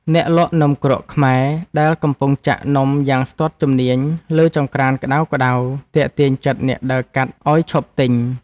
អ្នកលក់នំគ្រក់ខ្មែរដែលកំពុងចាក់នំយ៉ាងស្ទាត់ជំនាញលើចង្ក្រានក្ដៅៗទាក់ទាញចិត្តអ្នកដើរកាត់ឱ្យឈប់ទិញ។